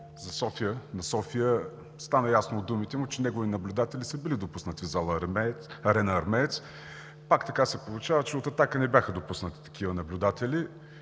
на София стана ясно от думите му, че негови наблюдатели са били допуснати в зала „Арена Армеец“. Пак така се получава, че от „Атака“ не бяха допуснати такива наблюдатели.